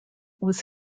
was